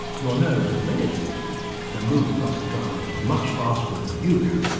you'll know that many species can move across the ground much faster than you can.